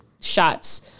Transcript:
shots